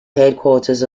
headquarters